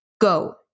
go